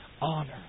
honor